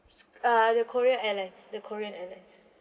si~ uh the korea airlines the korean airlines